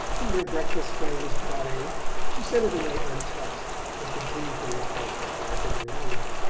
when her breakfast tray was brought in she sent it away untouched and continued to lie in her darkened room.